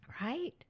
Right